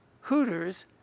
Hooters